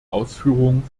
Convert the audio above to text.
ausführungen